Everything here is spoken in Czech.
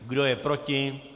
Kdo je proti?